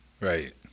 Right